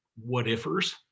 what-ifers